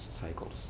cycles